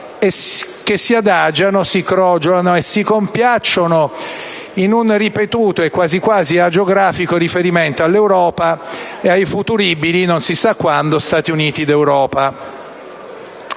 si adagiano, si crogiolano e si compiacciono in un ripetuto e quasi quasi agiografico riferimento all'Europa e ai futuribili, non si sa quando, Stati Uniti d'Europa.